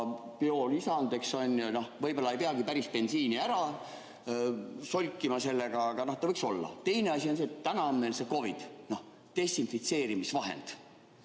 ja biolisand, eks, võib-olla ei peaks päris bensiini ära solkima sellega, aga ta võiks olla. Teine asi on see, et täna on meil see COVID. See võiks olla desinfitseerimisvahend,